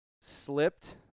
slipped